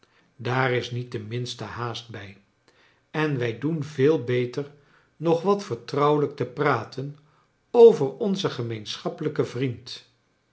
daar is niet de minste haast bij en wij doen veel beter nog wat vertrouwelijk te praten over onzen gemeenschappelijken vriend